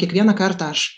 kiekvieną kartą aš